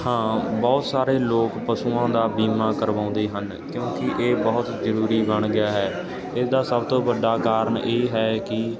ਹਾਂ ਬਹੁਤ ਸਾਰੇ ਲੋਕ ਪਸ਼ੂਆਂ ਦਾ ਬੀਮਾ ਕਰਵਾਉਂਦੇ ਹਨ ਕਿਉਂਕਿ ਇਹ ਬਹੁਤ ਜ਼ਰੂਰੀ ਬਣ ਗਿਆ ਹੈ ਇਸਦਾ ਸਭ ਤੋਂ ਵੱਡਾ ਕਾਰਨ ਇਹ ਹੈ ਕਿ